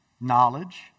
knowledge